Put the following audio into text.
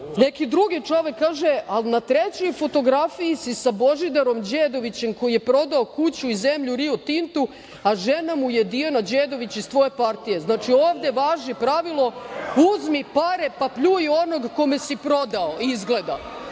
neki drugi čovek kaže – ali na trećoj fotografiji si sa Božidarom Đedovićem koji je prodao kuću i zemlju „Rio Tintu“, a žena mu je Dijana Đedović iz tvoje partije. Znači, ovde važi pravilo uzmi pare, pa pljuj onog kome si prodao izgleda.